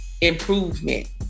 improvement